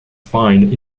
find